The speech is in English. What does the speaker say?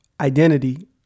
identity